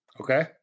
Okay